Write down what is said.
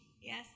Yes